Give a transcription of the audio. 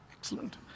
Excellent